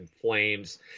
flames